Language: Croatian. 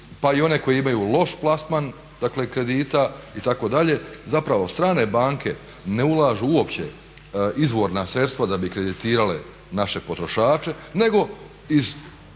pa i one koji imaju loš plasman kredita itd. Zapravo strane banke ne ulažu uopće izvorna sredstva da bi kreditirale naše potrošače, nego iz